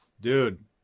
dude